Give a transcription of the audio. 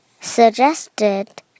suggested